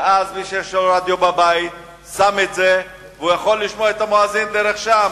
ומי שיש לו רדיו בבית שם את זה ויכול לשמוע את המואזין שם,